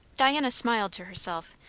diana smiled to herself,